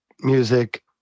music